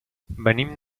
venim